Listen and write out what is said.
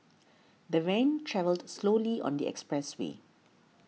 the van travelled slowly on the expressway